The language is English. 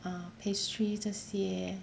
ah pastry 这些